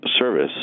service